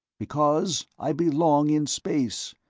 because i belong in space,